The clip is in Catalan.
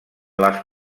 les